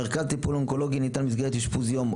מרכז טיפול אונקולוגי ניתן במסגרת אשפוז יום,